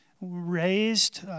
raised